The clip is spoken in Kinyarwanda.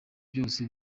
byose